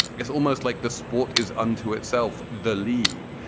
it's almost like the sport is unto itself the league.